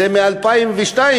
זה מ-2002,